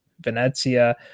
Venezia